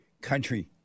country